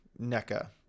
NECA